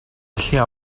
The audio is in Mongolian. дэлхийн